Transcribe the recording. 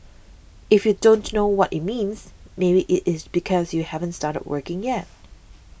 if you don't know what it means maybe it is because you haven't started working yet